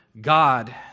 God